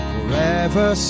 Forever